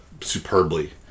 superbly